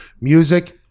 Music